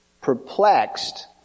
perplexed